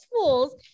fools